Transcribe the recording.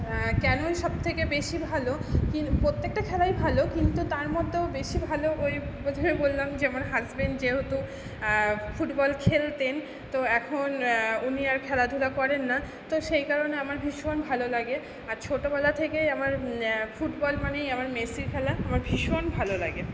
কেনই সবথেকে বেশি ভালো কিন প্রত্যেকটা খেলাই ভালো কিন্তু তার মধ্যেও বেশি ভালো ওই প্রথমে বললাম যে আমার হাজব্যান্ড যেহেতু ফুটবল খেলতেন তো এখন উনি আর খেলাধুলা করেন না তো সেই কারণে আমার ভীষণ ভালো লাগে আর ছোটোবেলা থেকেই আমার ফুটবল মানেই আমার মেসির খেলা আমার ভীষণ ভালো লাগে